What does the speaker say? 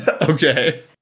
Okay